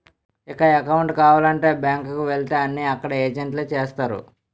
ఇక అకౌంటు కావాలంటే బ్యాంకు కు వెళితే అన్నీ అక్కడ ఏజెంట్లే చేస్తారు